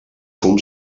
fum